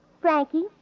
Frankie